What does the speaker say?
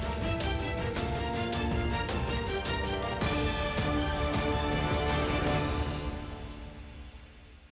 Дякую.